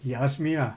he asked me lah